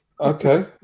Okay